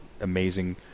amazing